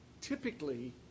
typically